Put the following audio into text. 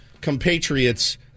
compatriots